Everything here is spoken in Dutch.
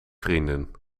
vrienden